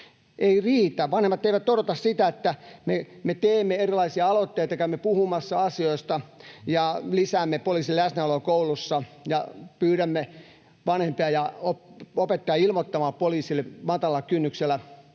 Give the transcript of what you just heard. ei riitä. Vanhemmat eivät odota sitä, että me teemme erilaisia aloitteita, käymme puhumassa asioista ja lisäämme poliisin läsnäoloa koulussa ja pyydämme vanhempia ja opettajaa ilmoittamaan poliisille matalalla kynnyksellä,